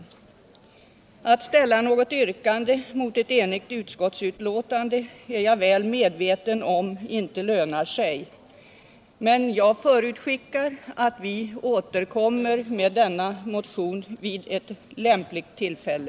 Jag är väl medveten om att det inte lönar sig att ställa något yrkande mot ett enigt utskott. Men jag förutskickar att vi återkommer med denna motion vid ett lämpligt tillfälle.